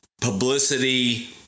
publicity